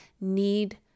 need